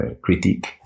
critique